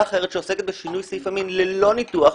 אחרת שעוסקת בשינוי סעיף המין ללא ניתוח,